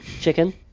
chicken